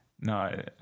No